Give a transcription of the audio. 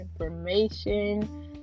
information